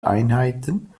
einheiten